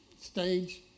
stage